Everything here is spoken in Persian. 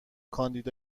کاندید